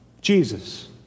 Jesus